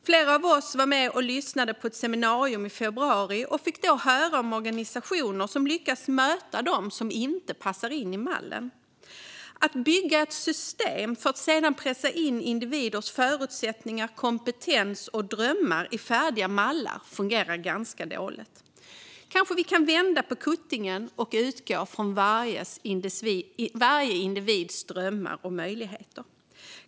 Flera av oss var och lyssnade på ett seminarium i februari och fick då höra om organisationer som lyckas möta dem som inte passar in i mallen. Att bygga ett system för att sedan pressa in individers förutsättningar, kompetens och drömmar i färdiga mallar fungerar ganska dåligt. Kanske vi kan vända på kuttingen och utgå från varje individs drömmar och möjligheter.